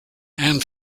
and